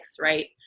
right